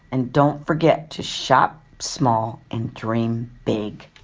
and don't forget to shop small and dream big